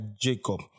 Jacob